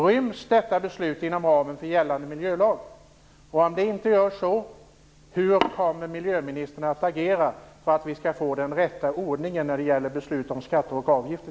Ryms detta beslut inom ramen för gällande miljölag? Om det inte gör det, hur kommer miljöministern då att agera för att vi skall få till stånd den rätta ordningen när det gäller beslut om skatter och avgifter?